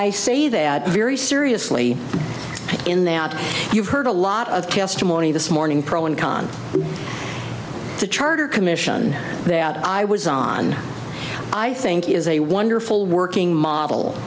say that very seriously in that you've heard a lot of testimony this morning pro and con the charter commission that i was on i think is a wonderful working model